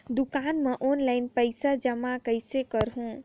दुकान म ऑनलाइन पइसा जमा कइसे करहु?